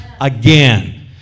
again